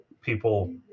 people